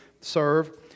serve